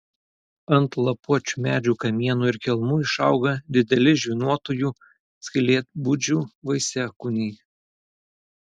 ant lapuočių medžių kamienų ir kelmų išauga dideli žvynuotųjų skylėtbudžių vaisiakūniai